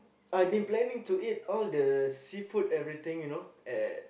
I've been planning to eat all the seafood everything you know at